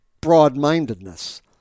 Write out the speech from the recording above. broad-mindedness